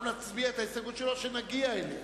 אנחנו נצביע על ההסתייגות שלו כשנגיע אליה.